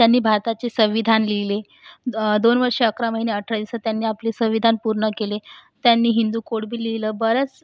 त्यांनी भारताचे संविधान लिहिले दोन वर्ष अकरा महिने अठराशे सत्त्याण्णव आपले संविधान पूर्ण केले त्यांनी हिंदू कोड बिल लिहिलं बराच